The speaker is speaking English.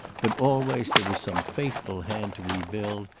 but always there was some faithful hand to rebuild,